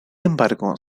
embargo